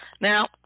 Now